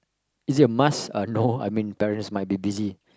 is it a must uh no I mean parents might be busy